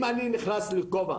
אם אני נכנס לכובע